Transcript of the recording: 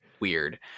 weird